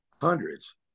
hundreds